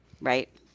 Right